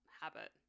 habit